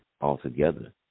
altogether